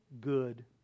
good